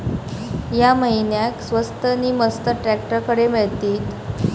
या महिन्याक स्वस्त नी मस्त ट्रॅक्टर खडे मिळतीत?